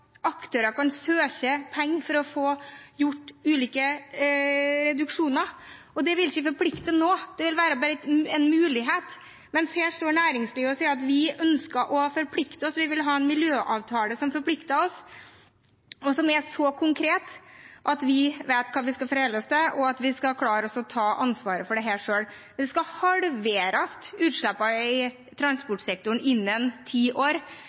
aktører kan søke om penger for å få gjort ulike reduksjoner. Det vil ikke forplikte noe, det vil bare være en mulighet. Men her står næringslivet og sier at vi ønsker å forplikte oss, vi vil ha en miljøavtale som forplikter oss, og som er så konkret at vi vet hva vi skal forholde oss til, og vi skal klare å ta ansvaret for dette selv. Utslippene i transportsektoren skal halveres innen ti år.